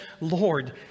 Lord